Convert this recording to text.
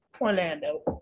Orlando